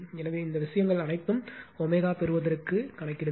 எனவே இந்த விஷயங்கள் அனைத்தும் ω பெறுவதற்கு கணக்கிடுங்கள்